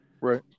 right